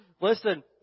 Listen